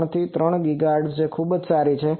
3 થી 3 ગીગાહર્ટ્ઝ છેજે ખૂબ સારી છે